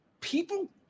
people